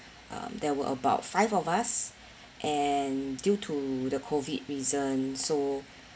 uh there were about five of us and due to the COVID reason so